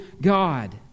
God